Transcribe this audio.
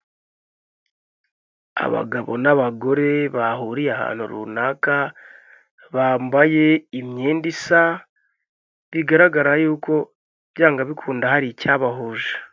Abagabo n'abagore bahuriye ahantu runaka bambaye imyenda isa bigaragara yuko byanga bikunda hari icyabahuje.